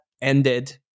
ended